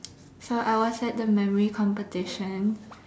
so I was at the memory competition